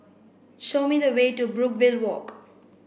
show me the way to Brookvale Walk